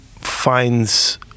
finds